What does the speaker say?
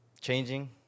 changing